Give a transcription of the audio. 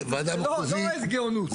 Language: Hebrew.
זה לא איזו גאונות.